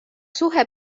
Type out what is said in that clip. suhe